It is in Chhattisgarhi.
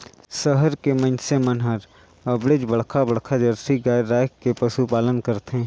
सहर के मइनसे मन हर अबड़ेच बड़खा बड़खा जरसी गाय रायख के पसुपालन करथे